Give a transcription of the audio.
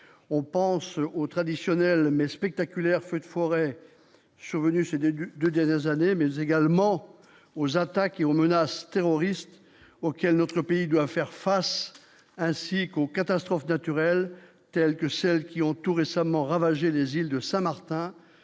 on pense aux traditionnelles mais spectaculaires feux de forêt, survenu ce début 2 dernières années, mais également aux attaques et aux menaces terroristes auxquels notre pays doit faire face, ainsi qu'aux catastrophes naturelles telles que celles qui ont tout récemment ravagé les îles de Saint-Martin